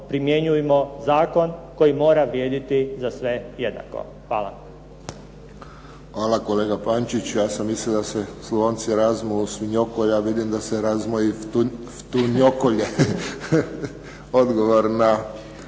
primjenjujmo zakon koji mora vrijediti za sve jednako. Hvala.